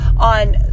On